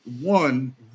One